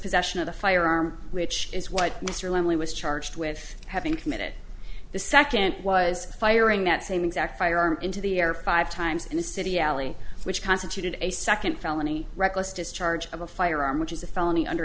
possession of a firearm which is why mr langley was charged with having committed the second was firing that same exact firearm into the air five times in a city alley which constituted a second felony reckless discharge of a firearm which is a felony under